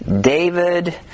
David